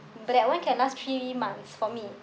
but that one can last three months for me